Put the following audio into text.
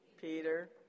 Peter